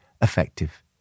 effective